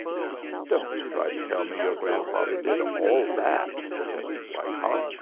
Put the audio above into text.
don't try to tell me your grandfather did all that, protested wyckoff,